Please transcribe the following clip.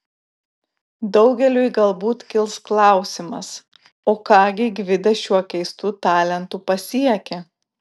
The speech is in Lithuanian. daugeliui galbūt kils klausimas o ką gi gvidas šiuo keistu talentu pasiekė